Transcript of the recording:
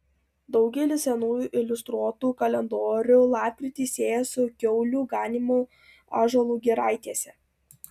daugelis senųjų iliustruotų kalendorių lapkritį sieja su kiaulių ganymu ąžuolų giraitėse